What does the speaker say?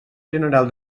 general